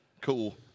Cool